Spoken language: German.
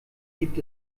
gibt